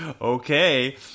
okay